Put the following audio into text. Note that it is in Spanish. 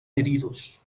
heridos